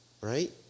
Right